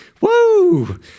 woo